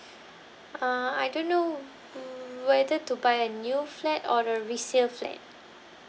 uh I don't know wu~ whether to buy new flat or a resale flat